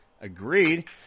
Agreed